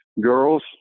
girls